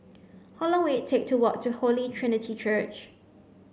how long will it take to walk to Holy Trinity Church